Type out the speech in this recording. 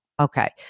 Okay